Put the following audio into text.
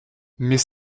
mais